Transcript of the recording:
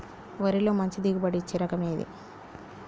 వరిలో మంచి దిగుబడి ఇచ్చే రకం ఏది?